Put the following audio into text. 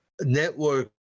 Network